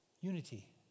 Unity